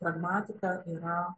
pragmatika yra